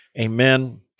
Amen